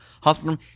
Hospital